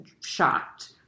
shocked